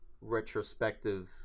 retrospective